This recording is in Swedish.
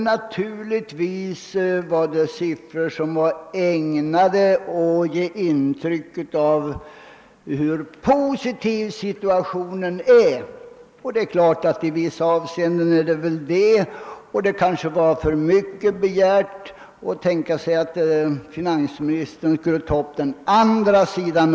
Naturligtvis var dessa siffror ägnade att ge intryck av hur positiv situationen är, och i vissa avseenden är den väl också positiv. Det kanske är för mycket begärt att finansministern också skulle ta upp den andra sidan.